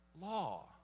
law